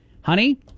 Honey